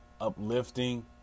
uplifting